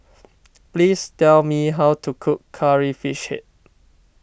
please tell me how to cook Curry Fish Head